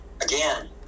again